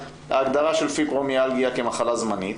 ההגדרה של פיברומיאלגיה כמחלה זמנית